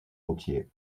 routier